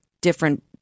different